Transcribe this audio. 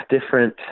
different